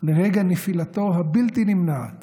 לרגע נפילתו הבלתי-נמנעת